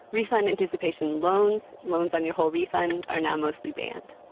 refund anticipation loans loans on your whole refund are now mostly banned.